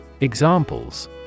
Examples